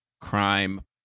crime